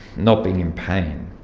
not being in pain.